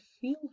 feel